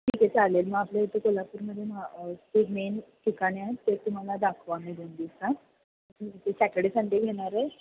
ठीक आहे चालेल मग आपल्या इथे कोल्हापूरमध्ये मा जे मेन ठिकाणी आहेत ते तुम्हाला दाखवू आम्ही दोन दिवसात सॅटरडे संडे घेणार आहे